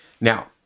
Now